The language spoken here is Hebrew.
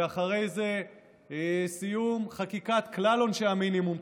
ואחרי זה סיום חקיקת כלל עונשי המינימום,